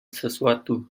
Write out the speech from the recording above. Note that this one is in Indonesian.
sesuatu